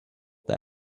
that